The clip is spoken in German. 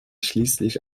schließlich